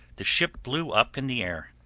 the ship blew up in the air,